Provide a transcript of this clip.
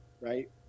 right